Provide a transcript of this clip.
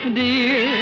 dear